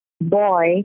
boy